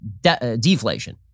deflation